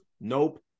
nope